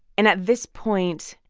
and at this point,